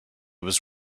was